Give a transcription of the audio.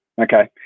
Okay